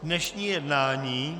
Dnešní jednání...